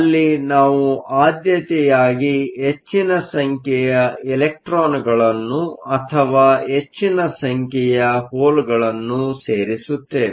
ಅಲ್ಲಿ ನಾವು ಆದ್ಯತೆಯಾಗಿ ಹೆಚ್ಚಿನ ಸಂಖ್ಯೆಯ ಇಲೆಕ್ಟ್ರಾನ್ಗಳನ್ನು ಅಥವಾ ಹೆಚ್ಚಿನ ಸಂಖ್ಯೆಯ ಹೋಲ್ಗಳನ್ನು ಸೇರಿಸುತ್ತೇವೆ